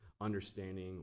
understanding